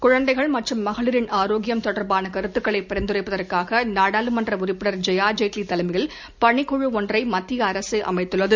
குழந்தைகள் மற்றும் மகளிரின் ஆரோக்கியம் தொடர்பானகருத்துக்களைபரிந்துரைப்பதற்காகநாடாளுமன்றஉறுப்பினர் ஜெயாஜேட்லிதலைமையில் பணிக்குழுஒன்றைமத்தியஅரசுஅமைத்துள்ளது